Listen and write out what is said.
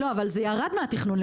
אבל זה ירד מהתכנון,